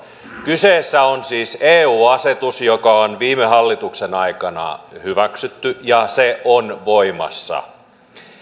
kyseessä on siis eu asetus joka on viime hallituksen aikana hyväksytty ja se on voimassa